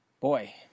boy